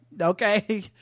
Okay